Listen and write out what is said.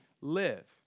live